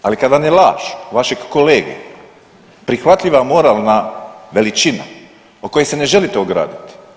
Ali kad vam je laž vašeg kolege prihvatljiva moralna veličina od koje se ne želite ograditi.